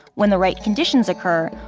when the right conditions occur,